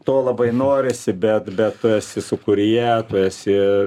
to labai norisi bet bet tu esi sūkuryje tu esi